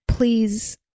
Please